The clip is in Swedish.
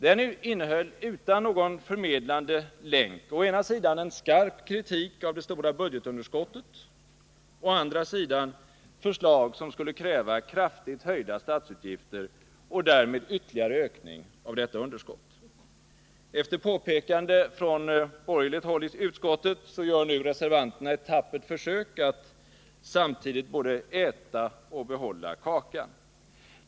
Den innehöll utan någon förmedlande länk å ena sidan en skarp kritik av det stora budgetunderskottet, å andra sidan förslag som skulle kräva kraftigt höjda statsutgifter och därmed ytterligare ökning av detta underskott. Efter påpekande från borgerligt håll i utskottet gör nu reservanterna ett tappert försök att samtidigt både äta och behålla kakan.